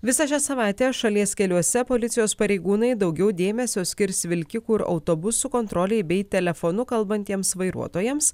visą šią savaitę šalies keliuose policijos pareigūnai daugiau dėmesio skirs vilkikų ir autobusų kontrolei bei telefonu kalbantiems vairuotojams